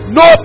no